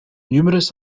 numerous